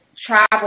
travel